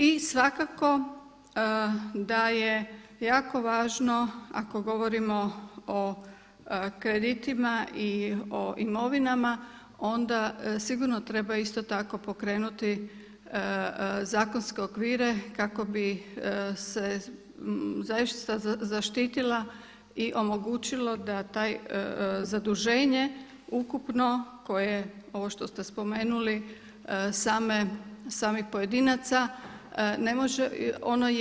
I svakako da je jako važno ako govorimo o kreditima i o imovinama onda sigurno treba isto tako pokrenuti zakonske okvire kako bi se zaista zaštitila i omogućilo da to zaduženje ukupno koje ovo što ste spomenuli samih pojedinaca ne može.